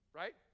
right